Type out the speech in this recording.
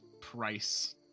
price